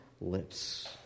lips